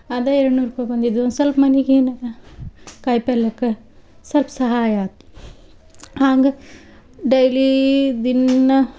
ಅದಾ ಎರಡು ನೂರು ರೂಪಾಯಿ ಬಂದಿದ್ದು ಒಂದು ಸೊಲ್ಪ ಮನಿಗೇನಾರ ಕಾಯಿ ಪಲ್ಯಕ್ಕೆ ಸೊಲ್ಪ ಸಹಾಯಾತು ಹಾಂಗೆ ಡೈಲಿ ದಿನ